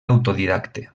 autodidacte